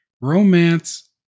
romance